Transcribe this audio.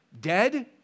dead